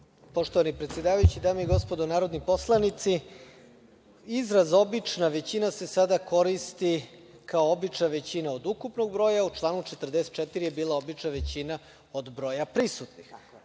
Poštovani predsedavajući, dame i gospodo narodni poslanici, izraz obična većina se sada koristi kao obična većina od ukupnog broja, a u članu 44. je bila obična većina od broja prisutnih.